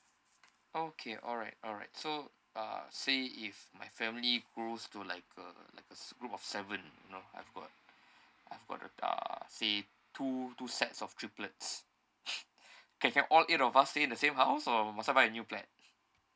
okay alright alright so uh say if my family grows to like uh like a group of seven you know I've got I've got a uh say two two sets of triplets can can all eight of us stay in the same house or must I find a new flat